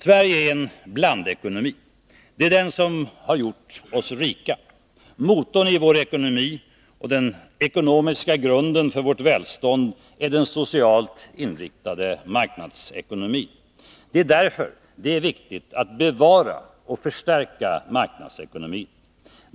Sverige är en blandekonomi. Det är den som gjort oss rika. Motorn i vår ekonomi och den ekonomiska grunden för vårt välstånd är den socialt inriktade marknadsekonomin. Det är därför det är viktigt att bevara och förstärka marknadsekonomin.